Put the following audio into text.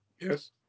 Yes